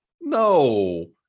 No